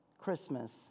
Christmas